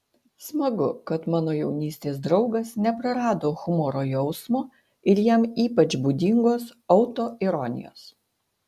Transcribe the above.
smagu kad mano jaunystės draugas neprarado humoro jausmo ir jam ypač būdingos autoironijos